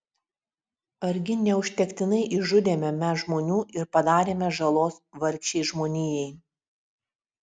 argi neužtektinai išžudėme mes žmonių ir padarėme žalos vargšei žmonijai